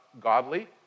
godly